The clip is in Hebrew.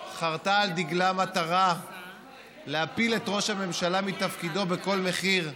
חרתה על דגלה מטרה להפיל את ראש הממשלה מתפקידו בכל מחיר,